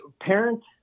parents